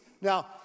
Now